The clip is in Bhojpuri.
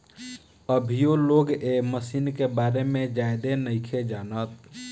अभीयो लोग ए मशीन के बारे में ज्यादे नाइखे जानत